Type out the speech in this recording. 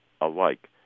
alike